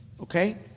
okay